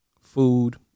food